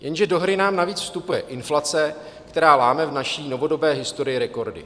Jenže do hry nám navíc vstupuje inflace, která láme v naší novodobé historii rekordy.